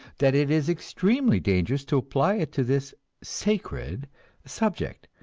that it is extremely dangerous to apply it to this sacred subject,